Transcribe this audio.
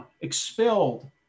expelled